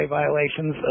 violations